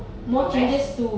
progress